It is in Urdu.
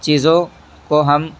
چیزوں کو ہم